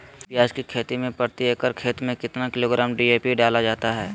प्याज की खेती में प्रति एकड़ खेत में कितना किलोग्राम डी.ए.पी डाला जाता है?